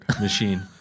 machine